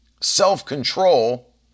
self-control